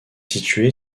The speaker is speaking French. située